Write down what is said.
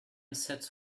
sits